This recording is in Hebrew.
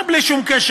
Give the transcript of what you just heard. בלי שום קשר,